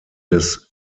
des